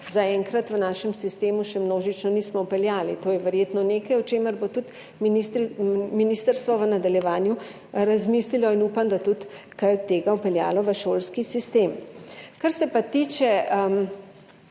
zaenkrat v naš sistem še množično nismo vpeljali. To je verjetno nekaj, o čemer bo ministrstvo v nadaljevanju razmislilo, in upam, da tudi kaj od tega vpeljalo v šolski sistem. Kar se pa tiče